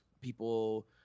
people